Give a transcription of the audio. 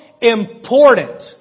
important